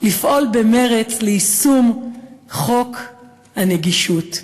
לפעול במרץ ליישום חוק הנגישות,